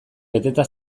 beteta